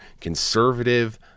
conservative